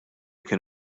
kien